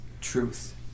truth